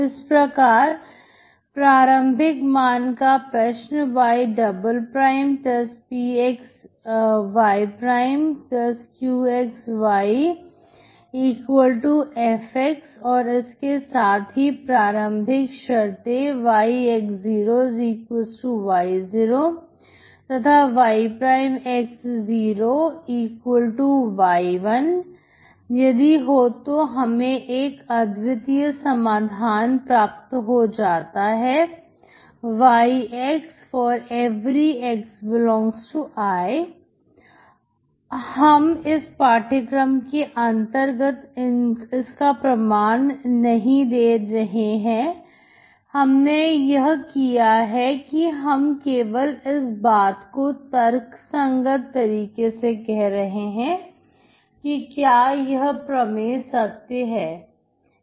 इस प्रकार प्रारंभिक मान का प्रश्न ypx yqxyfx और इसके साथ ही प्रारंभिक शर्तें yx0y0 तथा yx0y1 यदि हो तो हमें एक अद्वितीय समाधान प्राप्त हो जाता है yx ∀x∈I हम इस पाठ्यक्रम के अंतर्गत इसका प्रमाण नहीं दे रही हैं हमने यह किया है कि हम केवल इस बात को तर्कसंगत तरीके से कह रहे हैं कि क्या यह प्रमेय सत्य है